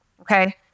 Okay